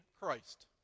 Christ